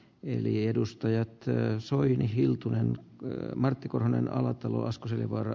eli edustajat tänään soili hiltunen koje martti korhonen alatalo asko seljavaara